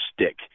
stick